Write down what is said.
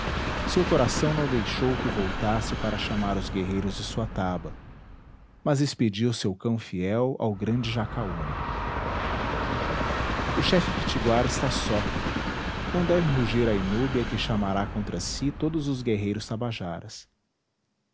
seu coração não deixou que voltasse para chamar os guerreiros de sua taba mas expediu seu cão fiel ao grande jacaúna o chefe pitiguara está só não deve rugir a inúbia que chamará contra si todos os guerreiros tabajaras